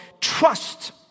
trust